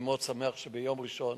אני מאוד שמח שביום ראשון,